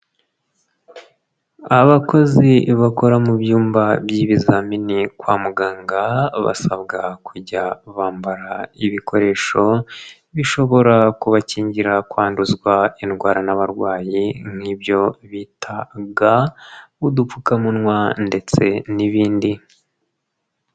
Abakozi bakora mu byumba by'ibizamini kwa muganga, basabwa kujya bambara ibikoresho bishobora kubakingira kwanduzwa indwara n'abarwayi nk'ibyo bita ga, udupfukamunwa ndetse n'ibindi.